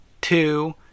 Two